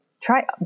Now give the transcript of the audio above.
try